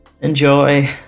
Enjoy